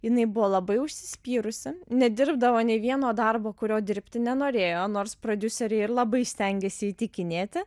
jinai buvo labai užsispyrusi nedirbdavo nei vieno darbo kurio dirbti nenorėjo nors prodiuseriai ir labai stengėsi įtikinėti